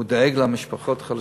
הוא דואג למשפחות חלשות.